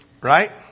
Right